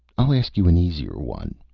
i'll ask you an easier one.